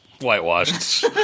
whitewashed